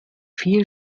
viel